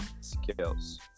skills